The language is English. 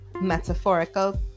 metaphorical